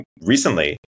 recently